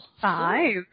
Five